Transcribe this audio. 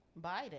biden